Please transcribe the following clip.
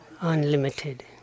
Unlimited